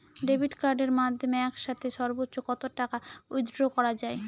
Debit কার্ডের মাধ্যমে একসাথে সর্ব্বোচ্চ কত টাকা উইথড্র করা য়ায়?